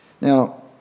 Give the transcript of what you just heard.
Now